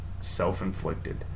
Self-inflicted